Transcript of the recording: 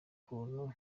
muntu